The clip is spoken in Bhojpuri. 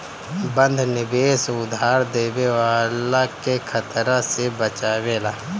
बंध निवेश उधार लेवे वाला के खतरा से बचावेला